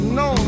no